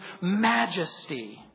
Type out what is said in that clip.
majesty